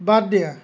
বাদ দিয়া